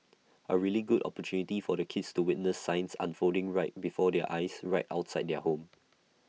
A really good opportunity for the kids to witness science unfolding right before their eyes right outside their home